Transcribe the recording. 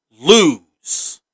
lose